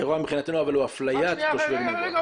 האירוע מבחינתי הוא אפליית תושבי בני ברק.